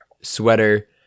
sweater